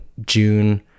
June